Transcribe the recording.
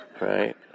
right